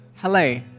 Hello